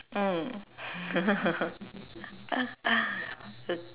mm